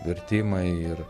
vertimai ir